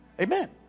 amen